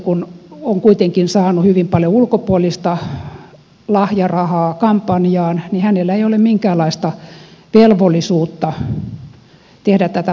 kun hän on kuitenkin saanut hyvin paljon ulkopuolista lahjarahaa kampanjaan hänellä ei ole minkäänlaista velvollisuutta tehdä tätä vaalirahoitusilmoitusta